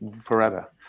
forever